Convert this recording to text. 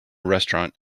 restaurant